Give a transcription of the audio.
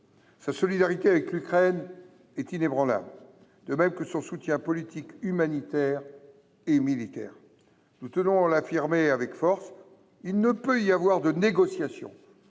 Sa solidarité avec l’Ukraine est inébranlable ; de même que son soutien politique, humanitaire et militaire. Nous tenons à l’affirmer avec force : il ne peut y avoir de négociations